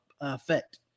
effect